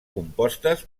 compostes